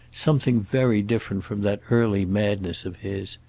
something very different from that early madness of his,